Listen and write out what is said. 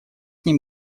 ним